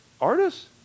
artists